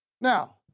Now